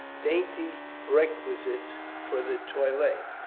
dainty requisites for the toilette,